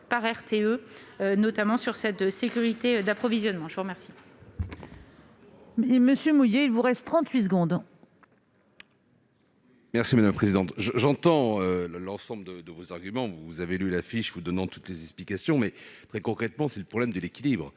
par RTE, notamment sur cette sécurité d'approvisionnement. La parole